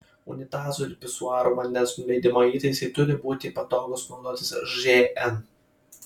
unitazų ir pisuarų vandens nuleidimo įtaisai turi būti patogūs naudotis žn